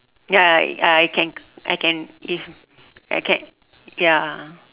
ya I can I can if I can ya